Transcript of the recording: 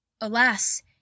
alas